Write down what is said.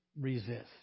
resist